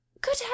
Good